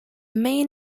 main